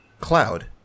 cloud